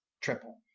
triple